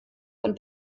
von